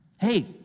Hey